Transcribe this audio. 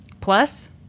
Plus